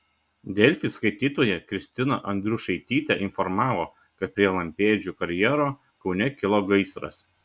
delfi skaitytoja kristina andriušaitytė informavo kad prie lampėdžių karjero kaune kilo gaisras